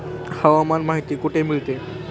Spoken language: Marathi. हवामान माहिती कुठे मिळते?